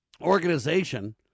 organization